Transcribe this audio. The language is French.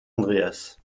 andreas